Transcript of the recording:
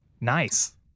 Nice